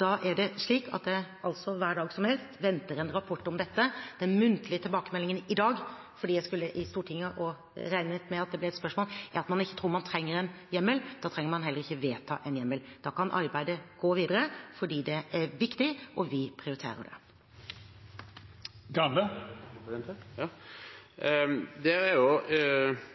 Det er slik at jeg hvilken dag som helst venter en rapport om dette. Den muntlige tilbakemeldingen i dag – fordi jeg skulle i Stortinget og regnet med at det ble et spørsmål – er at man ikke tror man trenger en hjemmel. Da trenger man heller ikke å vedta en hjemmel. Da kan arbeidet gå videre, fordi det er viktig, og vi prioriterer det.